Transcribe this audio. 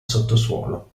sottosuolo